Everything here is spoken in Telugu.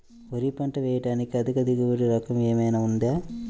వరి పంట వేయటానికి అధిక దిగుబడి రకం ఏమయినా ఉందా?